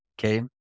okay